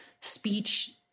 speech